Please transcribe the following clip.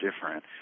different